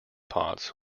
pots